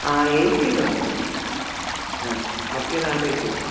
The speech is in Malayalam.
ആ എ സിയിലുണ്ട് ആ മറ്റേതാണ് വെയിറ്റിംഗ്